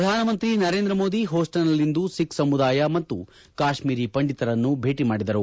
ಪ್ರಧಾನಮಂತ್ರಿ ನರೇಂದ್ರ ಮೋದಿ ಹ್ಲೂಸ್ಲನ್ನಲ್ಲಿಂದು ಸಿಖ್ ಸಮುದಾಯ ಮತ್ತು ಕಾಶ್ವೀರಿ ಪಂಡಿತರನ್ನು ಭೇಟಿ ಮಾಡಿದರು